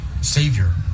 savior